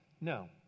no